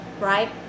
right